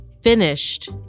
finished